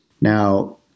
Now